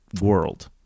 world